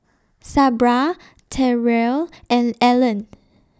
Sabra Terrell and Ellen